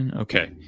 Okay